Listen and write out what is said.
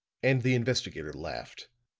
and the investigator laughed.